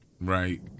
right